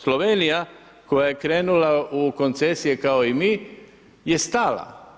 Slovenija koja je krenula u koncesije kao i mi je stala.